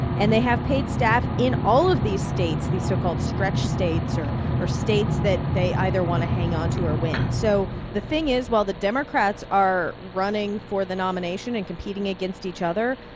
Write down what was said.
and they have paid staff in all of these states, these so-called stretch states or or states that they either want to hang onto or win. so the thing is, while the democrats are running for the nomination and competing against each other,